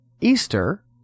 Easter